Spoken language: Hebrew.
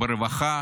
ברווחה,